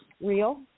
real